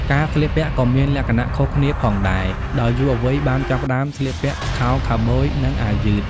ការស្លៀកពាក់ក៏មានលក្ខណៈខុសគ្នាផងដែរ ដោយយុវវ័យបានចាប់ផ្តើមស្លៀកពាក់ខោខូវប៊យនិងអាវយឺត។